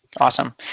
Awesome